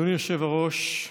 אדוני היושב-ראש,